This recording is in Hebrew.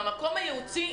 מן המקום הייעוצי